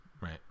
Right